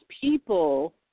people